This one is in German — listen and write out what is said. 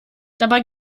dabei